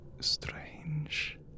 strange